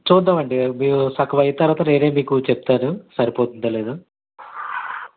చూద్దామండి మెము సగం అయిన తరువాత నేనే మీకు చెప్తాను సరిపోతుందో లేదో